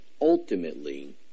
ultimately